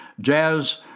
jazz